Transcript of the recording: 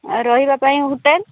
ଆଉ ରହିବା ପାଇଁ ହୋଟେଲ